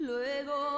Luego